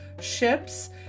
ships